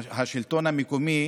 השלטון המקומי